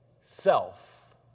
self